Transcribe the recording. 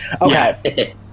Okay